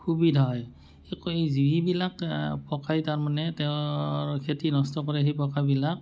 সুবিধা হয় যিবিলাক পোকে তাৰ মানে তেওঁৰ খেতি নষ্ট কৰে সেই পোকবিলাক